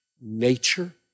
nature